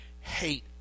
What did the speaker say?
hate